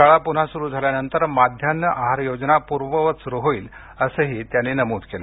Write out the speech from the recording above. शाळा पुन्हा सुरू झाल्यानंतर माध्यान्ह आहार योजना पूर्ववत सुरू होईल असंही त्यांनी नमूद केलं